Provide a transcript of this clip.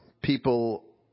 people